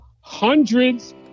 hundreds